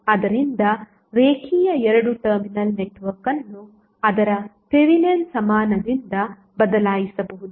ಆದ್ದರಿಂದ ರೇಖೀಯ 2 terminal network ಅನ್ನು ಅದರ ಥೆವೆನಿನ್ ಸಮಾನದಿಂದ ಬದಲಾಯಿಸಬಹುದು